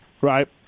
right